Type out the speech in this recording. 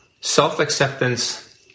self-acceptance